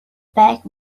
back